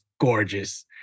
gorgeous